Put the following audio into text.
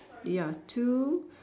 ya two